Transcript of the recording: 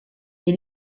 est